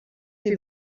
sie